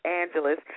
Angeles